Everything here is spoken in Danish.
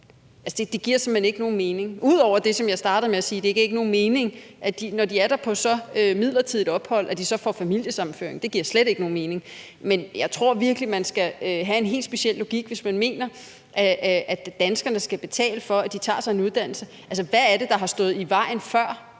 Det giver simpelt hen ikke nogen mening, ligesom det, som jeg startede med at sige, ikke giver nogen mening, at de får familiesammenføring, når de er her på et så midlertidigt ophold. Det giver slet ikke nogen mening. Men jeg tror virkelig, man skal have en helt speciel logik, hvis man mener, at danskerne skal betale for, at de tager sig en uddannelse. Hvad er det, der før har stået i vejen for,